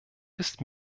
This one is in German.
ist